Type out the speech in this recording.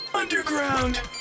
Underground